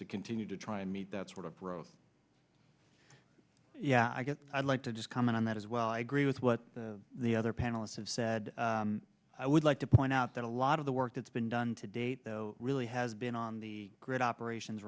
to continue to try and meet that sort of yeah i guess i'd like to just comment on that as well i agree with what the other panelists have said i would like to point out that a lot of the work that's been done to date though really has been on the grid operations